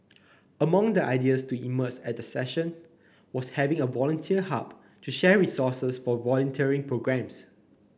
among the ideas to emerge at the session was having a volunteer hub to share resources for volunteering programmes